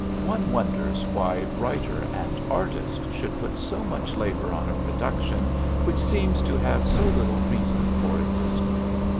one wonders why writer and artist should put so much labor on a production which seems to have so little reason for existence.